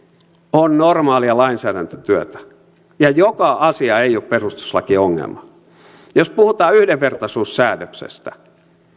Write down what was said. on normaalia lainsäädäntötyötä ja joka asia ei ole perustuslakiongelma jos puhutaan yhdenvertaisuussäädöksestä